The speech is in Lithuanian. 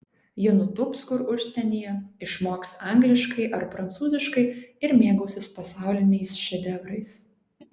ji nutūps kur užsienyje išmoks angliškai ar prancūziškai ir mėgausis pasauliniais šedevrais